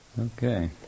Okay